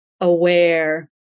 aware